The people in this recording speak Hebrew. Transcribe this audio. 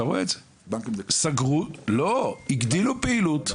בבנקים הגדילו פעילות,